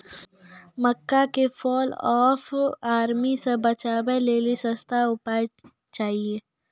मक्का के fall of army से बचाबै लेली सस्ता उपाय चाहिए?